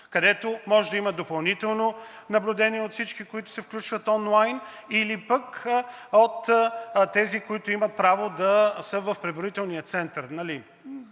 където може да има допълнително наблюдение от всички, които се включват онлайн или пък от тези, които имат право да са в преброителния център